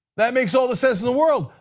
that makes all the sense in the world.